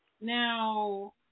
Now